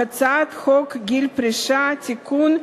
הצעת חוק גיל פרישה (תיקון,